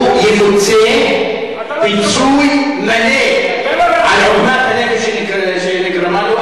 הוא יפוצה פיצוי מלא על עוגמת הנפש שנגרמה לו.